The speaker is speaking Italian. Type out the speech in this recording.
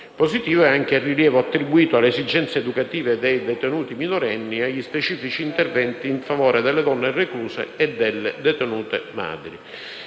Positivo è anche il rilievo attribuito alle esigenze educative dei detenuti minorenni, agli specifici interventi in favore delle donne recluse e delle detenute madri.